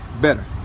better